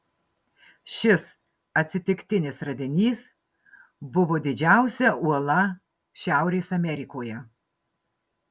šis atsitiktinis radinys buvo didžiausia uola šiaurės amerikoje